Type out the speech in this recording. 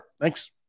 thanks